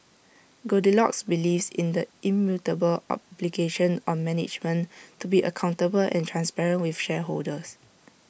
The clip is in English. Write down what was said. goldilocks believes in the immutable obligation on management to be accountable and transparent with shareholders